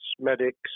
medics